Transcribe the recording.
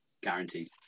guaranteed